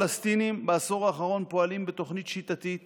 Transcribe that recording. בעשור האחרון הפלסטינים פועלים בתוכנית שיטתית